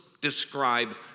describe